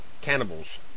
cannibals